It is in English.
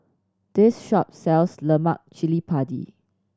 this shop sells lemak cili padi